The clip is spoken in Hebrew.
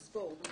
רטרואקטיבית.